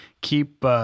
keep